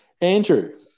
Andrew